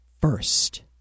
first